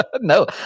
No